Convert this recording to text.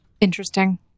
Interesting